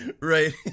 Right